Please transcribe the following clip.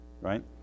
Right